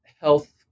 health